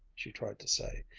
she tried to say,